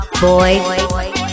Boy